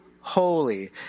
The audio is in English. holy